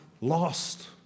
lost